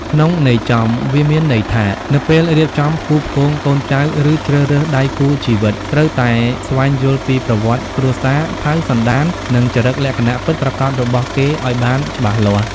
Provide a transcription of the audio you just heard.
ក្នុងន័យចំវាមានន័យថា នៅពេលរៀបចំផ្គូផ្គងកូនចៅ ឬជ្រើសរើសដៃគូជីវិត ត្រូវតែស្វែងយល់ពីប្រវត្តិគ្រួសារ ផៅសន្តាន និងចរិតលក្ខណៈពិតប្រាកដរបស់គេ ឱ្យបានច្បាស់លាស់។